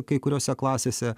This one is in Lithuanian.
kai kuriose klasėse